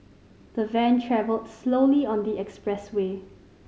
the van travelled slowly on the expressway